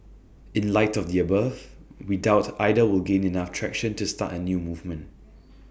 in light of the above we doubt either will gain enough traction to start A new movement